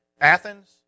Athens